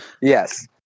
Yes